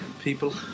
people